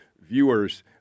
viewers